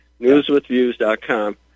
Newswithviews.com